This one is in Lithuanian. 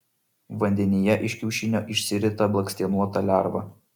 vandenyje iš kiaušinio išsirita blakstienota lerva